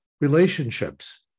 relationships